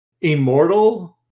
immortal